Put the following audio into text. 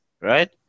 right